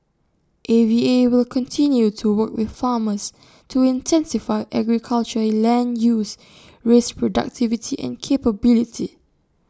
A V A will continue to work with farmers to intensify agriculture land use raise productivity and capability